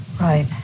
Right